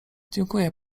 dziękuję